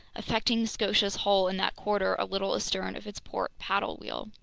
affecting the scotia's hull in that quarter a little astern of its port paddle wheel.